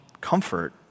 comfort